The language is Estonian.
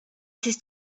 siis